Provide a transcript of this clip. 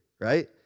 right